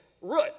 root